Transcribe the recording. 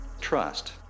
trust